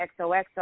XOXO